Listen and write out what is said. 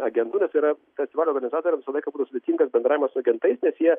agentų nes yra festivalio organizatoriams visą laiką būdavo sudėtingas bendravimas su agentais nes jie